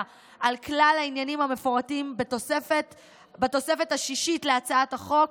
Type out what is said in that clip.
על כלל העניינים המפורטים בתוספת השישית להצעת החוק,